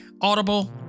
Audible